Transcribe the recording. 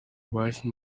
wise